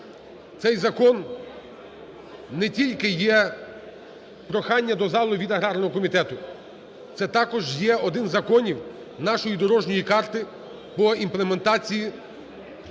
цей закон не тільки є прохання до залу від агарного комітету, це також є один із законів нашої дорожньої карти по імплементації